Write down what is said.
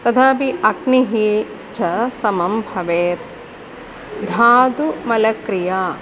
तदपि अग्निः च समं भवेत् धातुमलक्रिया